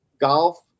golf